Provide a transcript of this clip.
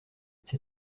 c’est